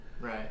Right